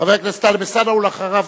חבר הכנסת טלב אלסאנע, ואחריו,